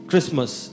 Christmas